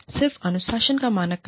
सिर्फ अनुशासन का मानक कारण